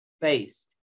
based